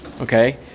Okay